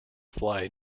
fly